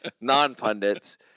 non-pundits